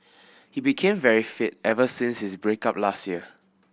he became very fit ever since his break up last year